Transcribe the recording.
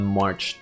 march